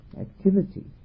activity